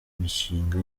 mishinga